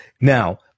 now